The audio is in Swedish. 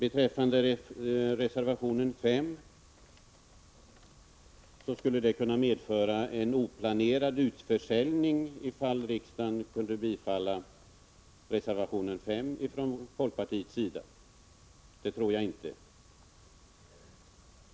Enligt Håkan Strömberg skulle ett bifall till det som föreslås i reservationen 5 från folkpartiet kunna medföra en oplanerad utförsäljning. Det tror jag inte.